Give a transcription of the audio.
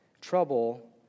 trouble